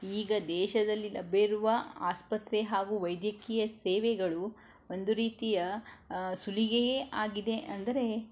ಈಗ ದೇಶದಲ್ಲಿ ಲಭ್ಯವಿರುವ ಆಸ್ಪತ್ರೆ ಹಾಗು ವೈದ್ಯಕೀಯ ಸೇವೆಗಳು ಒಂದು ರೀತಿಯ ಸುಲಿಗೆಯೇ ಆಗಿದೆ ಅಂದರೆ